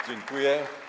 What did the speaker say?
Dziękuję.